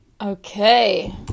Okay